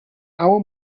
our